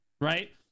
right